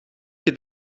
het